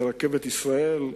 ברכבת ישראל,